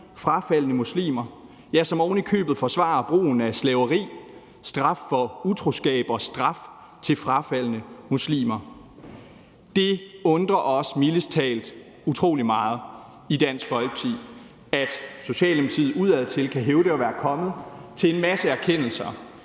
frafaldne muslimer, og som ovenikøbet forsvarer brugen af slaveri, straf for utroskab og straf til frafaldne muslimer. Det undrer os mildest talt utrolig meget i Dansk Folkeparti, at Socialdemokratiet udadtil kan hævde at være kommet til en masse erkendelser